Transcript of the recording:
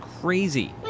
crazy